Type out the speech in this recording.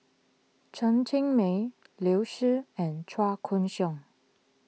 Chen Cheng Mei Liu Si and Chua Koon Siong